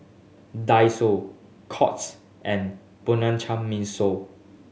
Daiso Courts and Bianco Mimosa